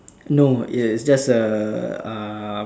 no it it's just a um